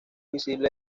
visible